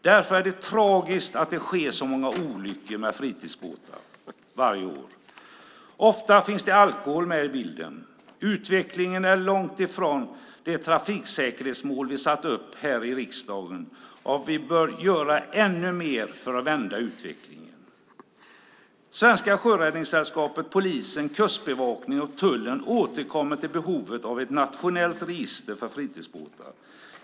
Därför är det tragiskt att det sker så många olyckor med fritidsbåtar varje år. Ofta finns det alkohol med i bilden. Utvecklingen är långt från det trafiksäkerhetsmål vi här i riksdagen har satt upp. Vi bör göra ännu mer för att vända utvecklingen. Svenska sjöräddningssällskapet, polisen, Kustbevakningen och tullen återkommer till behovet av ett nationellt register för fritidsbåtar.